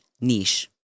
niche